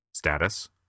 Status